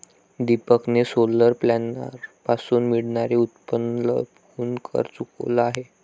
दीपकने सोलर पॅनलपासून मिळणारे उत्पन्न लपवून कर चुकवला आहे